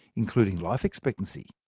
including life expectancy.